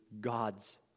god's